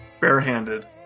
barehanded